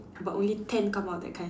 but only ten come out that kind